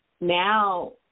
now